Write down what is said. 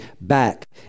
back